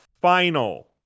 final